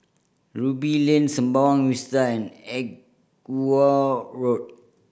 Ruby Lane Sembawang Vista and Edgware Road